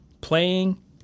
Playing